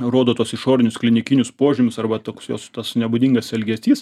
rodo tuos išorinius klinikinius požymius arba toks jos tas nebūdingas elgesys